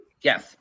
yes